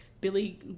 Billy